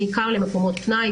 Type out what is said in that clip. בעיקר למקומות פנאי,